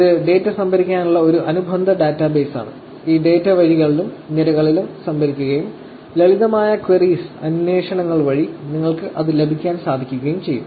ഇത് ഡാറ്റ സംഭരിക്കുന്നതിനുള്ള ഒരു അനുബന്ധ ഡാറ്റാബേസാണ് ഈ ഡാറ്റ വരികളിലും നിരകളിലും സംഭരിക്കുകയും ലളിതമായ ക്വയറിസ് അന്വേഷണങ്ങൾ വഴി നിങ്ങൾക്ക് അത് ലഭിക്കാൻ സാധിക്കുകയും ചെയ്യും